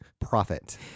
profit